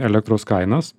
elektros kainas